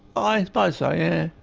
i suppose so, yeah.